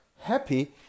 happy